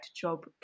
job